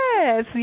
yes